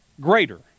greater